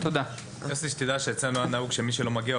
תדע שאצלנו היה נהוג שמי שלא מגיע,